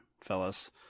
fellas